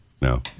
No